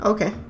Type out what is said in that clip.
Okay